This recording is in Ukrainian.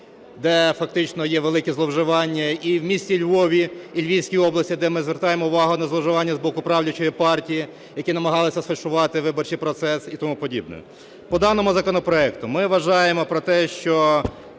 де фактично є велике зловживання, і в місті Львові, і Львівській області, де ми звертаємо увагу на зловживання з боку правлячої партії, які намагалися сфальшувати виборчий процес, і тому подібне. По даному законопроекту. Ми вважаємо про те, що